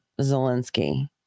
Zelensky